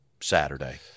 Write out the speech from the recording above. Saturday